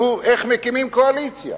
נו, איך מקימים קואליציה?